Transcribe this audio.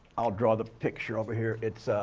i'll draw the picture over here. it's a